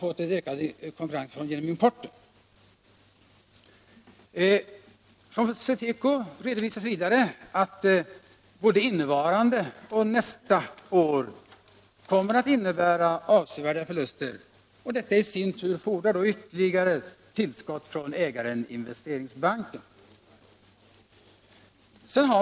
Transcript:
För SweTeco redovisas vidare att både innevarande och nästa år kommer att innebära avsevärda förluster, vilka i sin tur fordrar ytterligare tillskott från ägaren, Investeringsbanken.